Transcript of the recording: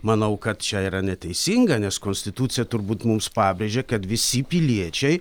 manau kad čia yra neteisinga nes konstitucija turbūt mums pabrėžia kad visi piliečiai